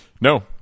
No